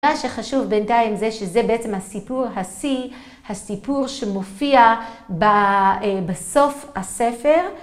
מה שחשוב בינתיים זה שזה בעצם הסיפור השיא, הסיפור שמופיע בסוף הספר.